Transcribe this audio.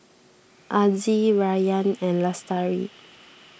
Aziz Rayyan and Lestari